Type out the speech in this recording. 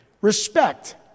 Respect